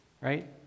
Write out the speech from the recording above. right